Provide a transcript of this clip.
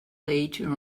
later